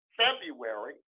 February